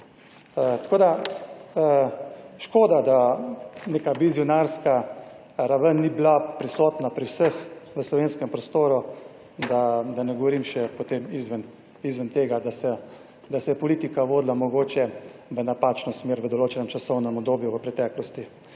Tako da škoda, da neka vizionarska raven ni bila prisotna pri vseh v slovenskem prostoru, da ne govorim še potem izven tega, da se je politika vodila mogoče v napačno smer v določenem časovnem obdobju v preteklosti,